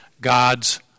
God's